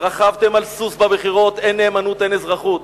רכבתם על סוס בבחירות: אין נאמנות, אין אזרחות.